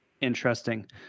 Interesting